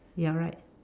you're right